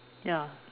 ya